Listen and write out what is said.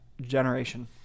generation